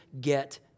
get